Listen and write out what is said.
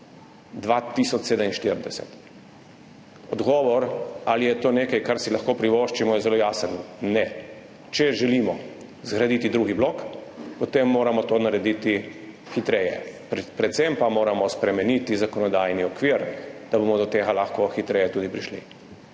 2047. Odgovor, ali je to nekaj, kar si lahko privoščimo, je zelo jasen: ne. Če želimo zgraditi drugi blok, potem moramo to narediti hitreje, predvsem pa moramo spremeniti zakonodajni okvir, da bomo do tega tudi lahko hitreje prišli.